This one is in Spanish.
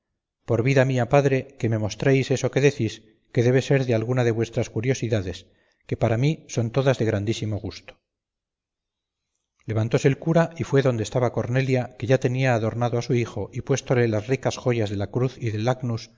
por vida mía padre que me mostréis eso que decís que debe de ser alguna de vuestras curiosidades que para mí son todas de grandísimo gusto levantóse el cura y fue donde estaba cornelia que ya tenía adornado a su hijo y puéstole las ricas joyas de la cruz y del agnus